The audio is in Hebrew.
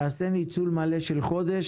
תעשה ניצול מלא של חודש,